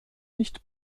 nicht